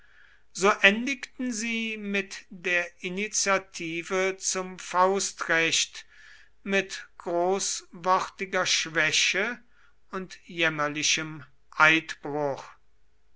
so endigten sie mit der initiative zum faustrecht mit großwortiger schwäche und jämmerlichem eidbruch